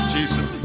Jesus